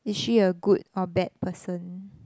is she a good or bad person